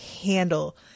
handle